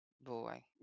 Boy